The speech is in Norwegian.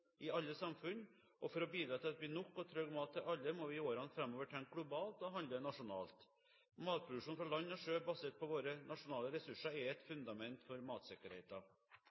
i alle samfunn. For å bidra til at det blir nok og trygg mat til alle må vi i årene framover tenke globalt og handle nasjonalt. Matproduksjon fra land og sjø basert på våre nasjonale ressurser er et fundament for